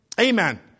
Amen